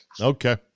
Okay